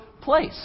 place